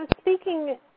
speaking